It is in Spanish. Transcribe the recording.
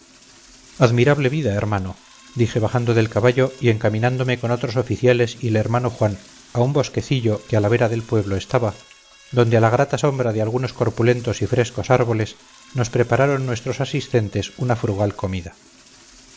admirable vida hermano dije bajando del caballo y encaminándome con otros oficiales y el hermano juan a un bosquecillo que a la vera del pueblo estaba donde a la grata sombra de algunos corpulentos y frescos árboles nos prepararon nuestros asistentes una frugal comida